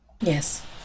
Yes